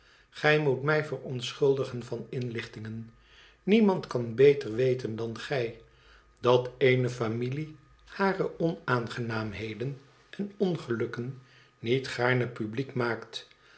gij moet mij verontschuldigen van inlichtingen niemand kan beter weten dan gij dat eene êunilie hare onaangenaamheden en ongelukken niet gaarne publiek maakt